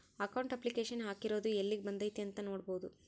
account application ಹಾಕಿರೊದು ಯೆಲ್ಲಿಗ್ ಬಂದೈತೀ ಅಂತ ನೋಡ್ಬೊದು